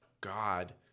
God